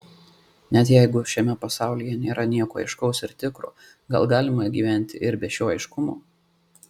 net jeigu šiame pasaulyje nėra nieko aiškaus ir tikro gal galima gyventi ir be šio aiškumo